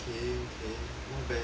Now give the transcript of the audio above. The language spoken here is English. not bad not bad